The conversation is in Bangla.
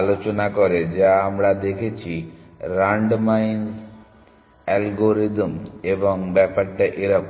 আলোচনা করে যা আমরা দেখেছি রান্ডমাইজ অ্যালগরিদম এবং ব্যাপারটা এরকম